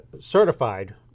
certified